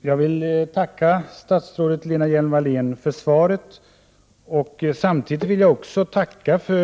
I Köpenhamn har sedan många år svenska socialarbetare arbetat med att hjälpa ungdomar som där råkat i sociala svårigheter.